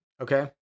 Okay